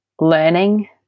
learning